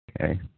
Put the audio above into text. Okay